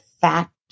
fact